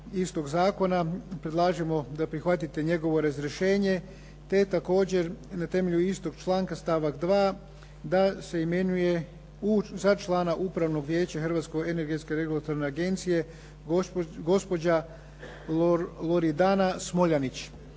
istog zakona predlažemo da prihvatite njegovo razrješenje te također na temelju istog članka stavak 2. da se imenuje za člana Upravnog vijeća Hrvatske energetske regulatorne agencije gospođa Loridana Smoljanić